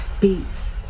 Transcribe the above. beats